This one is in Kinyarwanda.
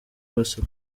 bose